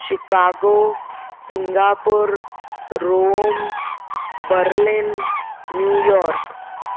Chicago Singapore Rome Berlin New York